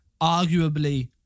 arguably